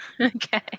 Okay